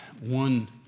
one